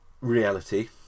reality